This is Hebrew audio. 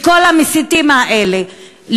את כל המסיתים האלה,